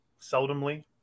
seldomly